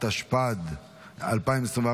התשפ"ד 2024,